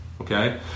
Okay